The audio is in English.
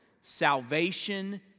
salvation